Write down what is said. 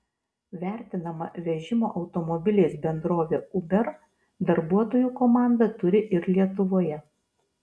vertinama vežimo automobiliais bendrovė uber darbuotojų komandą turi ir lietuvoje